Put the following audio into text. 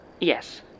yes